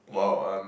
!wow! um